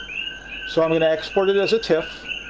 so i mean export it as a tif.